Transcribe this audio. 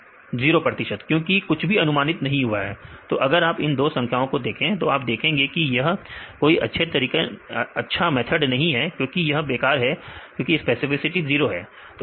विद्यार्थी 0 प्रतिशत 0 प्रतिशत क्योंकि कुछ भी अनुमानित नहीं हुआ है तो अगर आप इन दो संख्याओं को देखें तो आप देखेंगे की यह कोई अच्छे तरीके नहीं है क्योंकि यह बेकार है क्योंकि स्पेसिफिसिटी 0 है